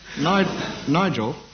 Nigel